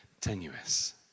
tenuous